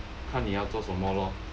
看你要做什么咯